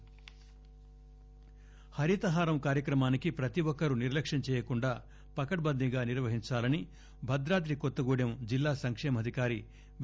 ఖమ్నం న్న హరితహారం కార్యక్రమాన్ని ప్రతి ఒక్కరూ నిర్లక్క్యం చేయకుండా పకడ్బందీగా నిర్వహించాలని భద్రాద్రి కొత్తగూడెం జిల్లా సంక్షేమ అధికారి వి